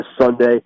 Sunday